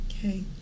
Okay